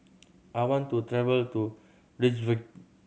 I want to travel to Reykjavik